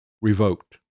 revoked